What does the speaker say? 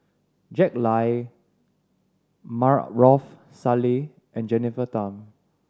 Jack Lai Maarof Salleh and Jennifer Tham